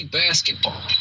basketball